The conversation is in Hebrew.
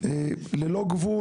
ללא גבול,